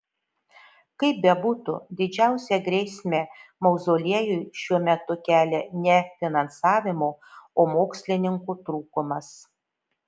kaip bebūtų didžiausią grėsmę mauzoliejui šiuo metu kelia ne finansavimo o mokslininkų trūkumas